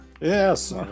Yes